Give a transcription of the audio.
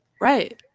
right